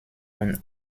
und